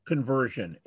Conversion